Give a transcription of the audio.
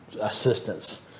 assistance